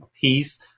piece